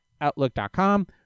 outlook.com